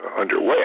underway